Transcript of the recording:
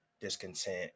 discontent